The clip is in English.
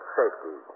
safety